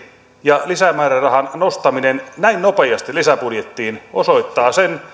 ja lisämäärärahan nostaminen näin nopeasti lisäbudjettiin osoittaa sen